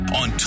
on